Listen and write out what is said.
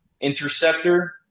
interceptor